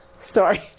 Sorry